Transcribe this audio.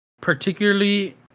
Particularly